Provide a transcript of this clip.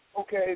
okay